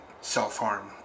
Self-harm